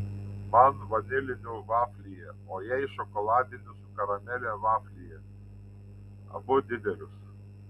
man vanilinių vaflyje o jai šokoladinių su karamele vaflyje abu didelius